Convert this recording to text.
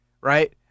right